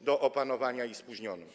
do opanowania i spóźniona.